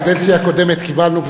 בקדנציה הקודמת קיבלנו,